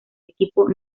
equipo